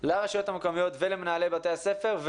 לרשויות המקומיות ולמנהלי בתי הספר.